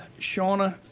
Shauna